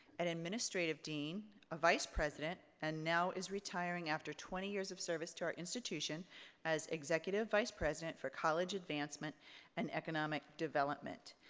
an administrative dean, a vice president and now is retiring after twenty years of service to our institution as executive vice president for college advancement and economic development.